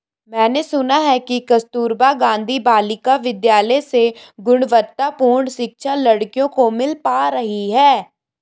मैंने सुना है कि कस्तूरबा गांधी बालिका विद्यालय से गुणवत्तापूर्ण शिक्षा लड़कियों को मिल पा रही है